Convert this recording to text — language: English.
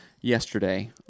yesterday